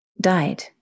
died